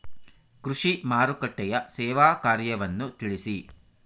ಕೃಷಿ ಮಾರುಕಟ್ಟೆಯ ಸೇವಾ ಕಾರ್ಯವನ್ನು ತಿಳಿಸಿ?